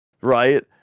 Right